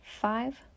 Five